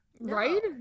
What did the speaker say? right